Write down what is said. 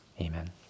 Amen